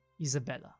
Isabella